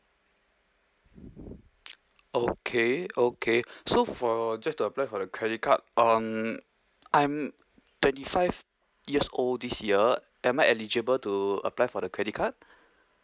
okay okay so for just to apply for the credit card um I'm twenty five years old this year am I eligible to apply for the credit card